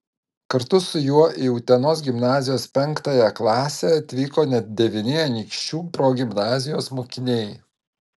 kartu su juo į utenos gimnazijos penktąją klasę atvyko net devyni anykščių progimnazijos mokiniai